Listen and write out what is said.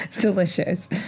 delicious